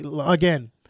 Again